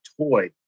toy